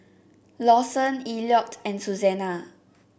Lawson Elliott and Susanna